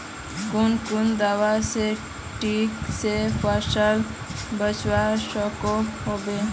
कुन कुन दवा से किट से फसल बचवा सकोहो होबे?